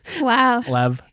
wow